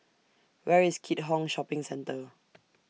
Where IS Keat Hong Shopping Centre